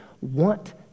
want